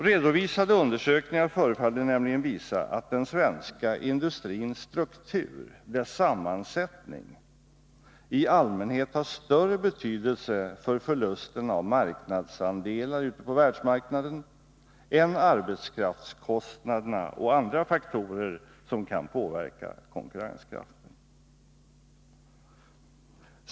Redovisade undersökningar förfaller nämligen visa att den svenska industrins struktur, dess sammansättning, i allmänhet har större betydelse för förlusten av marknadsandelar ute på världsmarknaden än arbetskraftskostnaderna och andra faktorer som kan påverka konkurrenskraften.